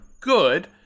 Good